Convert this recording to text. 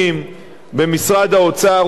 במשרד האוצר ובמשרד ראש הממשלה,